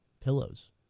pillows